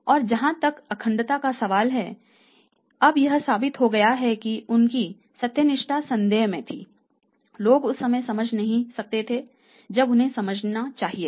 और जहां तक अखंडता का सवाल है अब यह साबित हो गया है कि उनकी सत्यनिष्ठा संदेह में थी लोग उस समय नहीं समझ सकते थे जब उन्हें उसे समझना चाहिए था